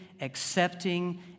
accepting